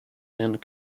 and